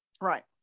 right